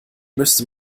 müsste